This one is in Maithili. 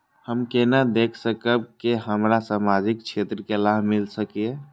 हम केना देख सकब के हमरा सामाजिक क्षेत्र के लाभ मिल सकैये?